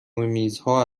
میزها